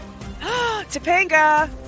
Topanga